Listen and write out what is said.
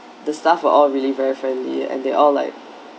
the staff were all really very friendly and they all like